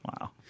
Wow